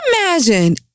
imagine